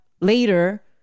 later